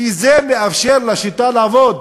כי זה מאפשר לשיטה לעבוד,